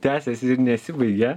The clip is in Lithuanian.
tęsias nesibaigia